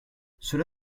cela